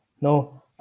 No